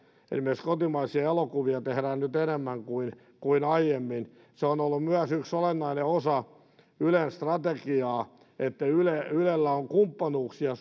esimerkiksi kotimaisia elokuvia tehdään nyt enemmän kuin aiemmin myös se on ollut yksi olennainen osa ylen strategiaa että ylellä on kumppanuuksia